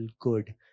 good